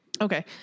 Okay